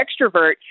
extrovert